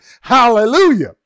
Hallelujah